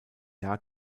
jahr